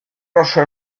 roche